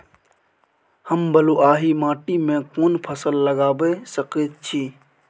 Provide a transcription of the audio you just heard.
हम बलुआही माटी में कोन फसल लगाबै सकेत छी?